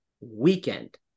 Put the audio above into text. weekend